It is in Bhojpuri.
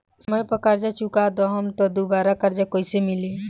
समय पर कर्जा चुका दहम त दुबाराकर्जा कइसे मिली?